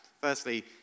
Firstly